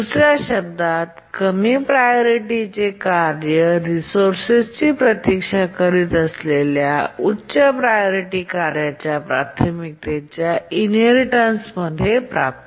दुस या शब्दांत कमी प्रायोरिटी कार्य रिसोर्सची प्रतीक्षा करीत असलेल्या उच्च प्रायोरिटी कार्याची प्राथमिकता इनहेरिटेन्समध्ये प्राप्त होते